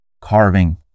carving